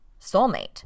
soulmate